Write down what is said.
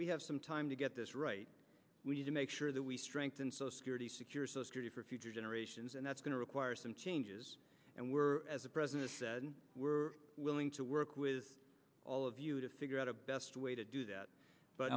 we have some time to get this right we need to make sure that we strengthen social security secure so sturdy for future generations and that's going to require some changes and we're as the president said we're willing to work with all of you to figure out a best way to do that but